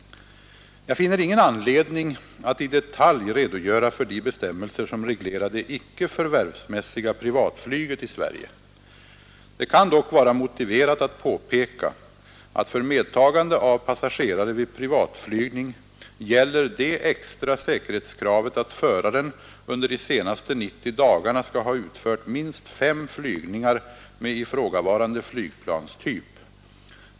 Jag finner ingen anledning att i detalj redogöra för de bestämmelser som reglerar det icke förvärvsmässiga privatflyget i Sverige. Det kan dock vara motiverat att påpeka att för medtagande av passagerare vid privatflygning gäller det extra säkerhetskravet att föraren under de senaste 90 dagarna skall ha utfört minst fem flygningar med ifrågavaran de flygplanstyp.